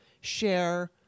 share